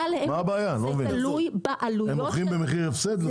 אבל זה תלוי בעלויות -- הם מוכרים במחיר הפסד לשופרסל?